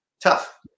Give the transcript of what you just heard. tough